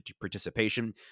participation